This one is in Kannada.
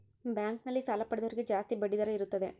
ಬ್ಯಾಂಕ್ ನಲ್ಲಿ ಸಾಲ ಪಡೆದವರಿಗೆ ಜಾಸ್ತಿ ಬಡ್ಡಿ ದರ ಇರುತ್ತದೆ